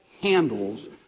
handles